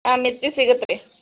ಹಾಂ ಮಿರ್ಚಿ ಸಿಗತ್ತೆ ರೀ